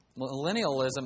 Millennialism